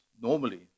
normally